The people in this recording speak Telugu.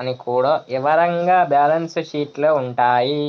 అన్ని కూడా ఇవరంగా బ్యేలన్స్ షీట్ లో ఉంటాయి